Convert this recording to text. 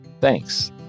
Thanks